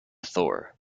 thor